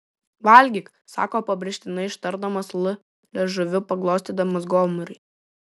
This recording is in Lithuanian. valgyk sako pabrėžtinai ištardamas l liežuviu paglostydamas gomurį